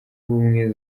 ubumwe